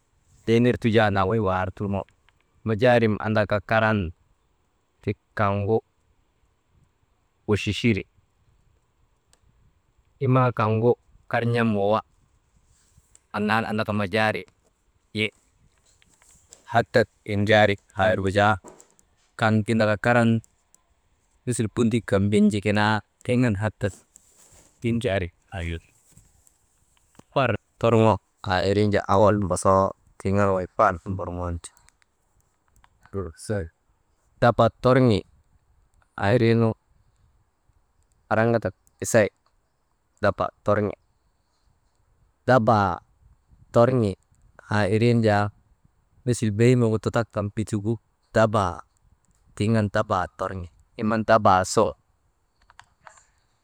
Dee ner tujandaan wey waar turŋo majaarim andak karan ti kaŋgu wuchichiri, imaa kaŋgu kar n̰am wawa annan andaka majaarim yi, hadat windriyari aa irgu jaa kaŋ gindika karan misil bunduk kan binjikinaa tiŋ an hadak tindraari aa irnu ti, far torŋo aa wirin jaa owol wosoo tiŋ an wey far mborŋon ti, «hesitation» dabatorŋi aa iriinu, aramkitak ese daba torŋi, dabaa aa irin jaa misil behimegu tutak kan bitigu dabaa tiŋ an dabaa torŋi, iman tabaa suŋ.